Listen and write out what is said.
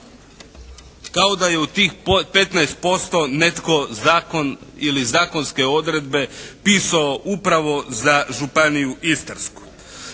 kao da je u tih 15% netko zakon ili zakonske odredbe pisao upravo za Županiju istarsku.